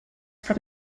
from